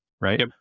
right